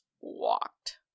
walked